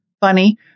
funny